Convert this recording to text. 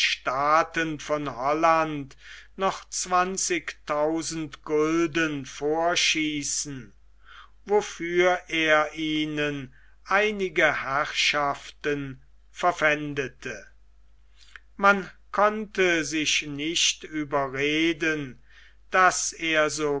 staaten von holland noch zwanzigtausend gulden vorschießen wofür er ihnen einige herrschaften verpfändete man konnte sich nicht überreden daß er so